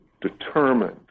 determined